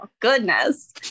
Goodness